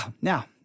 Now